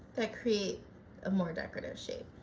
that create a more decorative shape.